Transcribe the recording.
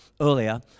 earlier